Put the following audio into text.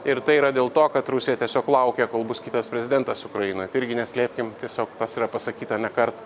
ir tai yra dėl to kad rusija tiesiog laukia kol bus kitas prezidentas ukrainoj irgi neslėpkim tiesiog tas yra pasakyta nekart